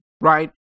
right